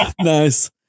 Nice